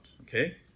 Okay